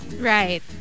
Right